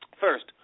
First